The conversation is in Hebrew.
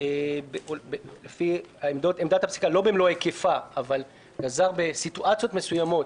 לא במלוא היקפה, אבל בסיטואציות מסוימות